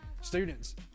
students